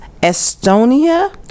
estonia